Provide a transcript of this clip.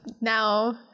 now